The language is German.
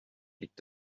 liegt